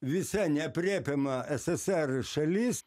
visa neaprėpiama ssr šalis